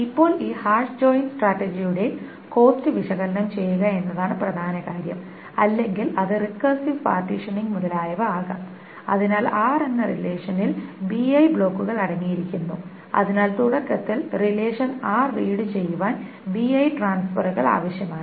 ഇപ്പോൾ ഈ hash join സ്ട്രാറ്റജിയുടെ കോസ്ററ് വിശകലനം ചെയ്യുക എന്നതാണ് പ്രധാന കാര്യം അല്ലെങ്കിൽ അത് റിക്കർസീവ് പാർട്ടീഷനിംഗ് മുതലായവ ആകാം അതിനാൽ r എന്ന റിലേഷനിൽ bi ബ്ലോക്കുകൾ അടങ്ങിയിരിക്കുന്നു അതിനാൽ തുടക്കത്തിൽ റിലേഷൻ r റീഡ് ചെയ്യുവാൻ bi ട്രാൻസ്ഫറുകൾ ആവശ്യമാണ്